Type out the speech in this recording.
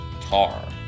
tar